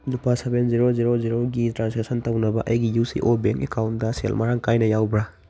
ꯂꯨꯄꯥ seven zero zero ꯖꯦꯔꯣꯒꯤ transaction ꯇꯧꯅꯕ ꯑꯩꯒꯤ U C O bank account ꯁꯦꯜ ꯃꯔꯥꯡ ꯀꯥꯏꯅ ꯌꯥꯎꯕ꯭ꯔꯥ